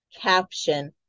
caption